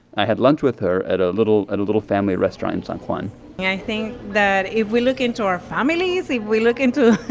i had lunch with her at a little a little family restaurant in san juan and i think that if we look into our families, if we look into,